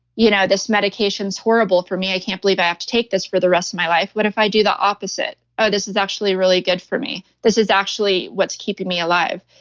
you know this medication is horrible for me. i can't believe i have to take this for the rest of my life. what if i do the opposite? oh, this is actually really good for me. this is actually what's keeping me alive.